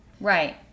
Right